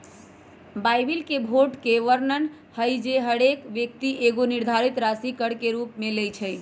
Bible में भोट के वर्णन हइ जे हरेक व्यक्ति एगो निर्धारित राशि कर के रूप में लेँइ छइ